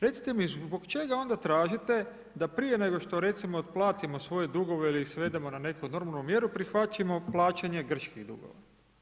Recite mi zbog čega onda tražite da prije nego što recimo otplatimo svoje dugove ili ih svedemo na neku normalnu mjeru prihvatimo plaćanje grčkih dugova.